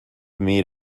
meet